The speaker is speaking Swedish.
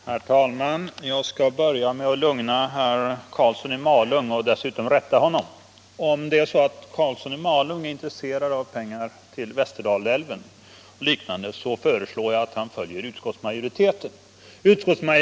Herr talman! Jag skall börja med att lugna herr Karlsson i Malung och dessutom rätta honom. Om herr Karlsson i Malung är intresserad av pengar till Västerdalsvägen och liknande föreslår jag att han följer utskottsmajoritetens hemställan.